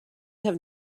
have